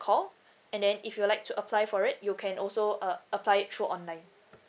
call and then if you would like to apply for it you can also uh apply it through online